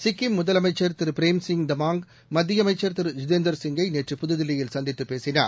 சிக்கிம் முதலமைச்சா் திருபிரேம்சிங் தமாங் மத்தியஅமைச்சா் திரு ஜிதேந்தர் சிங்கை நேற்று புதுதில்லியில் சந்தித்துபேசினார்